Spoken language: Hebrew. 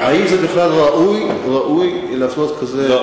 האם זה בכלל ראוי להפנות כזה